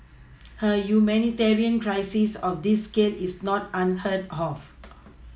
a humanitarian crisis of this scale is not unheard of